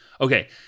Okay